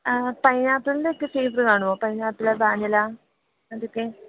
പൈനാപ്പിള്ന്റെ ഒക്കെ കേക്ക് കാണുമോ pineapple vanilla അതൊക്കെ